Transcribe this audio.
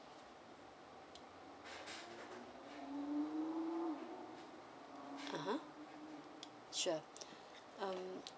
(uh huh) sure um